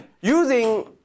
using